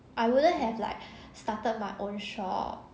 I wouldn't have like started my own shop